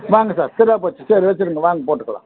வாங்க சார் சரியா போச்சு சரி வச்சுடுங்க வாங்க போட்டுக்கலாம்